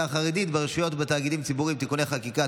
החרדית ברשויות ובתאגידים ציבוריים (תיקוני חקיקה),